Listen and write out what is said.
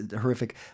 horrific